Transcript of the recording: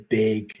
big